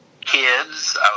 kids